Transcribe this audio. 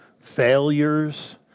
failures